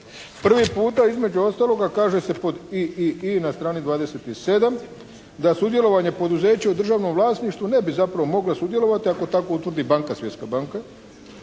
Prvi puta, između ostaloga kaže se pod i, i, i na strani 27 da sudjelovanje poduzeća u državnom vlasništvu ne bi zapravo mogla sudjelovati ako tako utvrdi banka, Svjetska banka